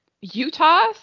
Utah